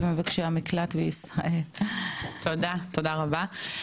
תודה רבה.